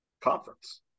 conference